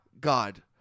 God